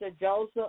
Joseph